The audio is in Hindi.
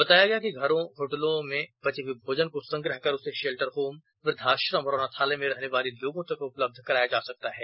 बताया गया कि घरों होटलों और रेस्त्रां में बचे हुए भोजन को संग्रह कर उसे शेल्टर होम वृद्वा आश्रम अनाथालय में रहने वाले लोगों तक उपलब्ध कराया जा सकता है